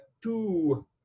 two